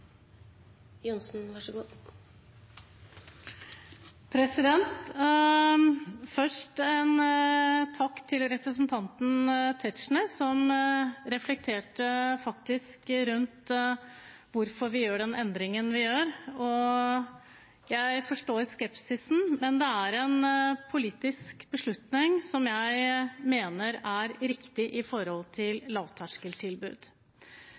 Først en takk til representanten Tetzschner, som reflekterte rundt hvorfor vi gjør den endringen vi gjør. Jeg forstår skepsisen, men det er en politisk beslutning som jeg mener er riktig i forhold